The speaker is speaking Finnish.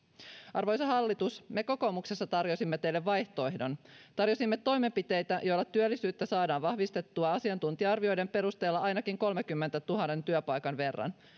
arvoisa hallitus me kokoomuksessa tarjosimme teille vaihtoehdon tarjosimme toimenpiteitä joilla työllisyyttä saadaan vahvistettua asiantuntija arvioiden perusteella ainakin kolmenkymmenentuhannen työpaikan verran